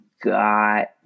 got